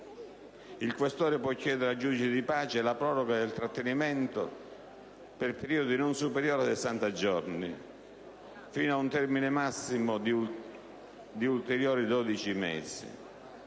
il questore può chiedere al giudice di pace la proroga del trattenimento per periodi non superiori ai 60 giorni, fino a un termine massimo di ulteriori 12 mesi.